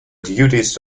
duties